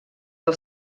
del